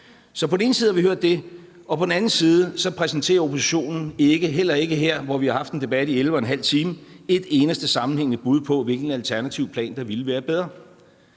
Så på den ene side har vi hørt det, og på den anden side præsenterer oppositionen heller ikke her, hvor vi har haft en debat i 11½ time, et eneste sammenhængende bud på, hvilken alternativ plan der ville være bedre.